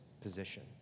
position